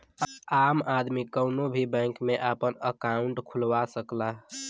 आम आदमी कउनो भी बैंक में आपन अंकाउट खुलवा सकला